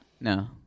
No